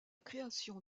création